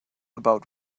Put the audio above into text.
about